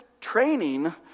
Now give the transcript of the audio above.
training